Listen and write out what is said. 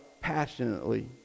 passionately